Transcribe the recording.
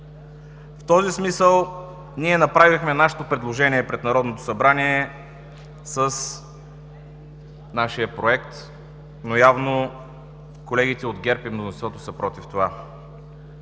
В този смисъл ние направихме нашето предложение пред Народното събрание с нашия проект, но явно колегите от ГЕРБ и мнозинството са против това.